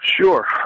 Sure